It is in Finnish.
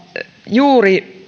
juuri